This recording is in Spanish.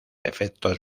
efectos